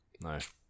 nice